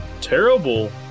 terrible